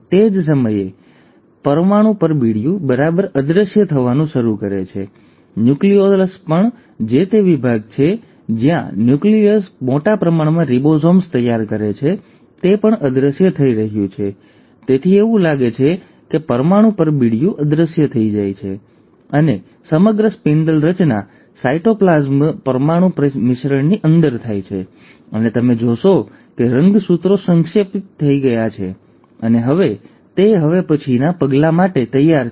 તે જ સમયે પરમાણુ પરબીડિયું બરાબર અદૃશ્ય થવાનું શરૂ કરે છે ન્યુક્લિઓલસ પણ જે તે વિભાગ છે જ્યાં ન્યુક્લિયસ મોટા પ્રમાણમાં રિબોસોમ્સ તૈયાર કરે છે તે પણ અદૃશ્ય થઈ રહ્યું છે તેથી એવું લાગે છે કે પરમાણુ પરબીડિયું અદૃશ્ય થઈ જાય છે અને સમગ્ર સ્પિન્ડલ રચના સાયટોપ્લાસમ પરમાણુ મિશ્રણની અંદર થાય છે અને તમે જોશો કે રંગસૂત્રો સંક્ષેપિત થઈ ગયા છે અને હવે તે હવે પછીના પગલા માટે તૈયાર છે